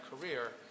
career